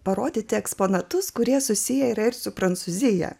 parodyti eksponatus kurie susiję ir su prancūzija